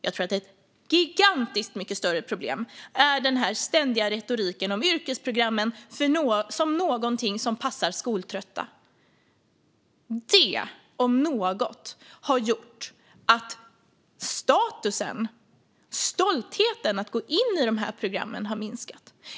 Jag tror att ett gigantiskt större problem är den ständiga retoriken om yrkesprogrammen som något som passar skoltrötta. Det om något har gjort att statusen och stoltheten att gå in i programmen har minskat.